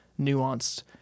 nuanced